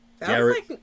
Garrett